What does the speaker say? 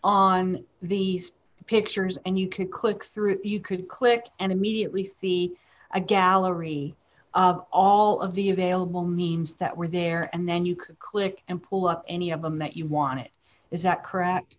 on these pictures and you can click through you could click and immediately see a gallery all of the available means that were there and then you could click and pull up any amount you wanted is that correct